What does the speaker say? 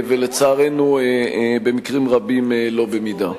ולצערנו במקרים רבים לא במידה.